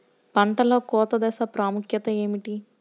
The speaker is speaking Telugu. పంటలో కోత దశ ప్రాముఖ్యత ఏమిటి?